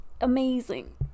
Amazing